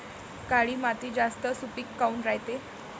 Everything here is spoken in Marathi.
काळी माती जास्त सुपीक काऊन रायते?